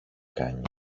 κάνει